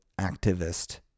activist